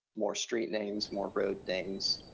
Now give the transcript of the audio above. more street names, more road names.